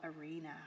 Arena